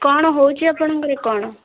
କଣ ହେଉଛି ଆପଣଙ୍କର କ'ଣ